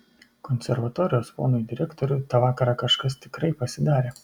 konservatorijos ponui direktoriui tą vakarą kažkas tikrai pasidarė